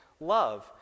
love